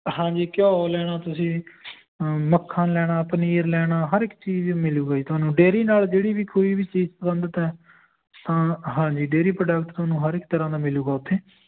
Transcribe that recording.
ਹਾਂਜੀ ਘਿਓ ਲੈਣਾ ਤੁਸੀਂ ਮੱਖਣ ਲੈਣਾ ਪਨੀਰ ਲੈਣਾ ਹਰ ਇੱਕ ਚੀਜ਼ ਮਿਲੇਗੀ ਜੀ ਤੁਹਾਨੂੰ ਡੇਅਰੀ ਨਾਲ ਜਿਹੜੀ ਵੀ ਕੋਈ ਵੀ ਚੀਜ਼ ਸੰਬੰਧਿਤ ਹੈ ਹਾਂਜੀ ਡੇਅਰੀ ਪ੍ਰੋਡਕਟ ਤੁਹਾਨੂੰ ਹਰ ਇੱਕ ਤਰ੍ਹਾਂ ਦਾ ਮਿਲੇਗਾ ਉੱਥੇ